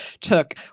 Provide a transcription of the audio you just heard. took